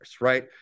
right